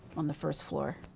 on the first floor,